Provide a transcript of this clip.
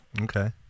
Okay